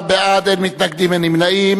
נא להצביע.